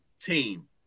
team